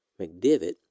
McDivitt